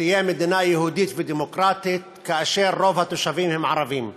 שתהיה מדינה יהודית ודמוקרטית כאשר רוב התושבים הם ערבים?